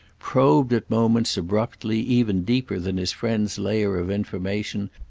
probed, at moments, abruptly, even deeper than his friend's layer of information,